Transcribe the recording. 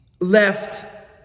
left